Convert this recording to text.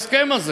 לדוכן הכנסת,